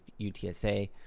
UTSA